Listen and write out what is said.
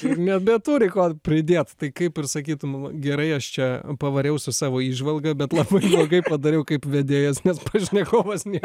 ir nebeturi ko pridėt tai kaip ir sakytum gerai aš čia pavariau su savo įžvalga bet labai blogai padariau kaip vedėjas nes pašnekovas nie